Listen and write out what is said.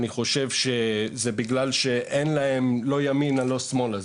אני חושב שזה בגלל שאין להם לא ימינה או לא שמאלה.